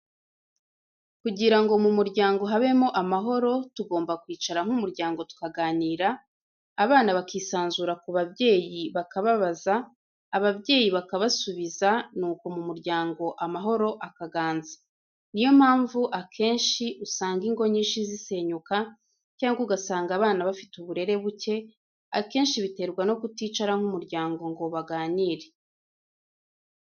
Kugira ngo mu muryango habemo amahoro tugomba kwicara nk'umuryango tukaganira, abana bakisanzura ku babyeyi bakababaza ababyeyi bakabasubiza nuko mu muryango amahoro akaganza, ni yo mpamvu akenshi usanga ingo nyinshi zisenyuka cyangwa ugasanga abana bafite uburere buke akenshi biterwa no kuticara nk'umuryango ngo baganire.